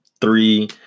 three